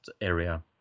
area